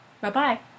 Bye-bye